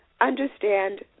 understand